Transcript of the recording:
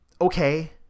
okay